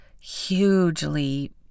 hugely